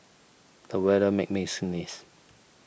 the weather made me sneeze